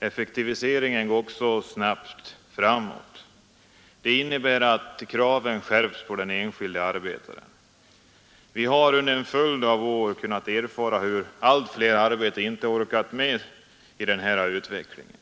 Effektiviseringen går också snabbt framåt. Det innebär att kraven skärps på den enskilde arbetaren. Vi har under en följd av år kunnat erfara hur allt fler arbetare inte orkat med i den utvecklingen.